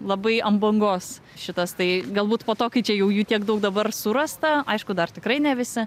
labai an bangos šitas tai galbūt po to kai čia jau jų tiek daug dabar surasta aišku dar tikrai ne visi